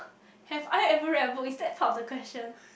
have I ever read a book is that part of the question